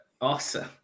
Awesome